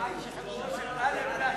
18 נתקבלו.